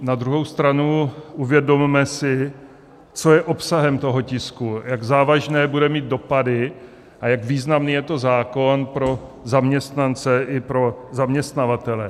Na druhou stranu, uvědomme si, co je obsahem toho tisku, jak závažné bude mít dopady a jak významný je to zákon pro zaměstnance i pro zaměstnavatele.